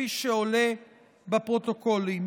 כפי שעולה בפרוטוקולים,